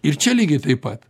ir čia lygiai taip pat